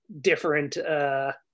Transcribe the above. different